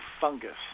fungus